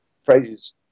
phrases